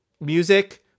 music